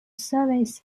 service